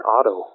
Auto